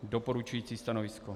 Doporučující stanovisko.